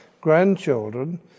grandchildren